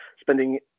spending